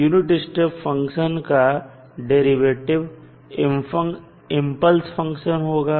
तो unit step function का derivative impulse function होगा